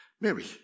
Mary